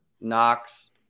Knox